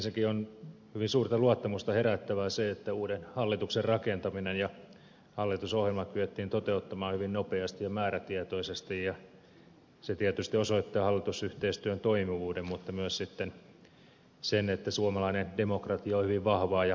ensinnäkin on hyvin suurta luottamusta herättävää se että uuden hallituksen rakentaminen ja hallitusohjelma kyettiin toteuttamaan hyvin nopeasti ja määrätietoisesti ja se tietysti osoittaa hallitusyhteistyön toimivuuden mutta myös sitten sen että suomalainen demokratia on hyvin vahvaa ja toimii